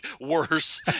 worse